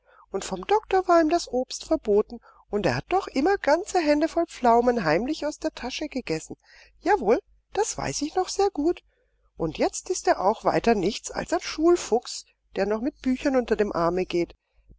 und vom doktor war ihm das obst verboten und er hat doch immer ganze hände voll pflaumen heimlich aus der tasche gegessen ja wohl das weiß ich noch sehr gut und jetzt ist er ja auch weiter nichts als ein schulfuchs der noch mit den büchern unter dem arme geht